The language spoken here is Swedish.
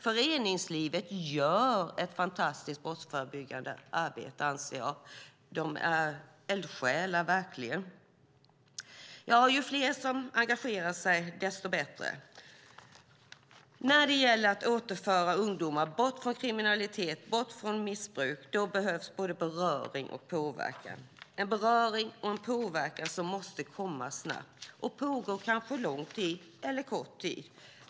Föreningslivet gör ett fantastiskt brottsförebyggande arbete. De är eldsjälar. Ju fler som engagerar sig, desto bättre. När det gäller att återföra ungdomar bort från kriminalitet och bort från missbruk behövs både beröring och påverkan. Det ska vara beröring och påverkan som måste komma snabbt och pågå lång tid eller kort tid.